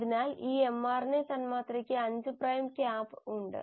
അതിനാൽ ഈ mRNA തന്മാത്രയ്ക്ക് 5 പ്രൈം ക്യാപ് ഉണ്ട്